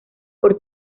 por